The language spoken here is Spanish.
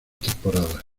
temporadas